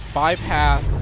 bypass